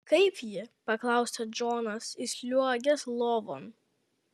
kaip ji paklausė džonas įsliuogęs lovon